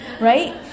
right